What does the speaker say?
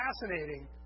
fascinating